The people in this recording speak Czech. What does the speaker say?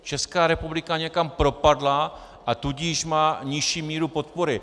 Česká republika někam propadla, a tudíž má nižší míru podpory.